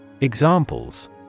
Examples